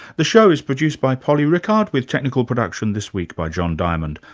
the show is produced by polly rickard with technical production this week by john diamond,